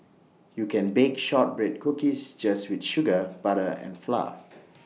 you can bake Shortbread Cookies just with sugar butter and flour